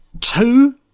Two